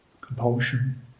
compulsion